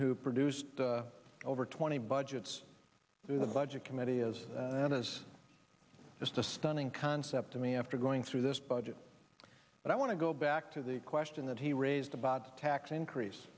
who produced over twenty budgets through the budget committee is and is just a stunning concept to me after going through this budget but i want to go back to the question that he raised about tax increase